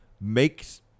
makes